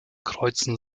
kreuzen